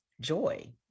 joy